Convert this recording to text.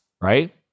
Right